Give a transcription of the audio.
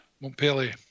Montpellier